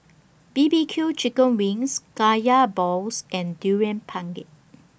B B Q Chicken Wings Kaya Balls and Durian Pengat